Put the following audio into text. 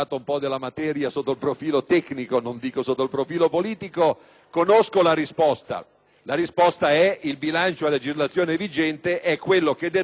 la seguente: il bilancio a legislazione vigente è quello che deriva dall'applicazione puntuale e corretta del decreto n. 112 e del successivo decreto Gelmini;